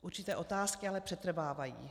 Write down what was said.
Určité otázky ale přetrvávají.